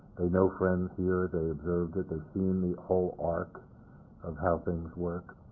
they know friends here, they observed it, they've seen the whole arc of how things work.